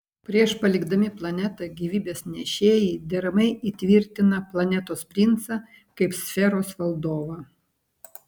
prieš palikdami planetą gyvybės nešėjai deramai įtvirtina planetos princą kaip sferos valdovą